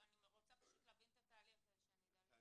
אני רוצה פשוט להבין את התהליך כדי שאני אדע להתייחס